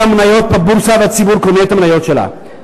מניות בבורסה והציבור קונה את המניות שלה,